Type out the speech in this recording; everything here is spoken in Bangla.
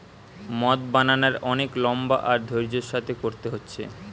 মদ বানানার অনেক লম্বা আর ধৈর্য্যের সাথে কোরতে হচ্ছে